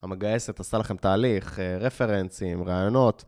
המגייסת עושה לכם תהליך, רפרנסים, ראיונות.